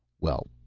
well,